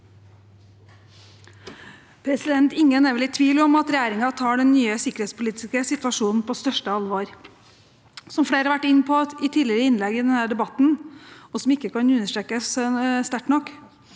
Ingen er vel i tvil om at regjeringen tar den nye sikkerhetspolitiske situasjonen på største alvor. Som flere har vært inne på i tidligere innlegg i debatten – og som ikke kan understrekes sterkt nok